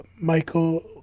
Michael